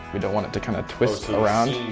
we don't want it to kind of twist around.